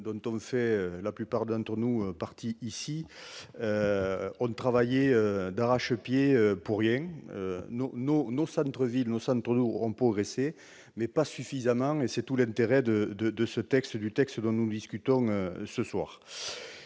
dont la plupart d'entre nous font partie, ont travaillé d'arrache-pied pour rien. Nos centres-villes, nos centres-bourgs ont progressé, mais pas suffisamment, et c'est tout l'intérêt du texte dont nous discutons ce soir.